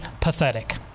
pathetic